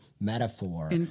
metaphor